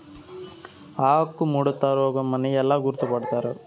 ఆకుముడత రోగం అని ఎలా గుర్తుపడతారు?